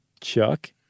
Chuck